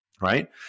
right